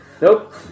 Nope